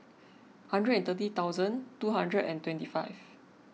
hundred and thirty thousand two hundred and twenty five